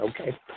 Okay